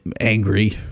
angry